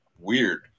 weird